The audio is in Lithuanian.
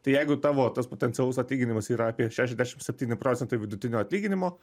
tai jeigu tavo tas potencialus atlyginimas yra apie šešiasdešim septyni procentai vidutinio atlyginimo